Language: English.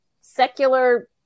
secular